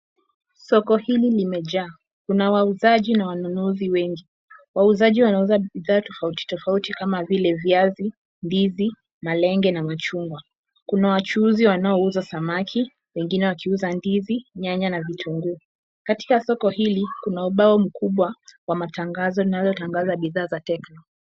Soko hili limejaa. Kuna wauzaji na wanunuzi wengi. Wauzaji wanauza bidhaa tofauti tofauti kama vile, viazi, ndizi, malenge na machungwa. Kuna wachuuzi wanao uza samaki, wengine wakiuza ndizi, nyanya na vitunguu. Katika soko hili kuna ubao mkubwa wa matangazo unao tangaza bidhaa za Tecno.